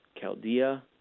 Chaldea